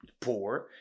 Poor